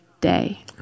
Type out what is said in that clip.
day